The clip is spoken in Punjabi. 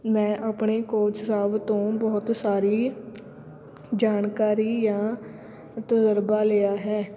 ਮੈਂ ਆਪਣੇ ਕੋਚ ਸਾਹਿਬ ਤੋਂ ਬਹੁਤ ਸਾਰੀ ਜਾਣਕਾਰੀ ਜਾਂ ਤਜ਼ਰਬਾ ਲਿਆ ਹੈ